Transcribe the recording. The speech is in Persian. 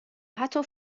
حتی